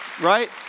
right